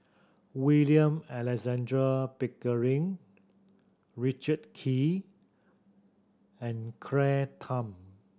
William Alexander Pickering Richard Kee and Claire Tham